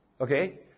Okay